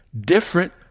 different